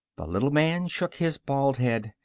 the little man shook his bald head.